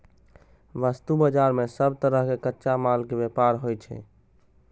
वस्तु बाजार मे सब तरहक कच्चा माल के व्यापार होइ छै